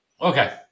Okay